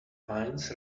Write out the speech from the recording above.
lines